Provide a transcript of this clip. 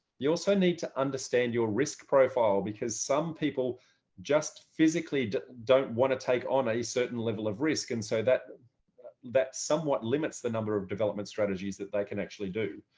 you also need to understand your risk profile because some people just physically don't want to take on a certain level of risk. and so that that somewhat limits the number of development strategies that they can actually do.